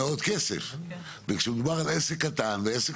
פטור ממסמכי בקשה.) פטור ממסמכי בקשה אעבור חלקית.